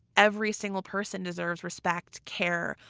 every single person deserves respect, care,